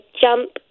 jump